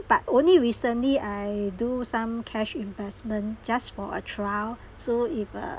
but only recently I do some cash investment just for a trial so if uh